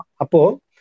Apo